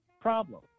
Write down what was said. problem